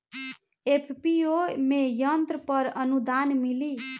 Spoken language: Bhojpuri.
एफ.पी.ओ में यंत्र पर आनुदान मिँली?